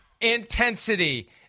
intensity